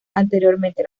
anteriormente